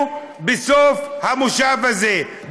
יתקיימו בסוף המושב הזה,